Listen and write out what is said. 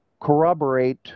corroborate